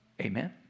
Amen